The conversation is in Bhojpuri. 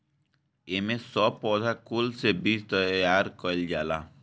एमे सब पौधा कुल से बीज तैयार कइल जाला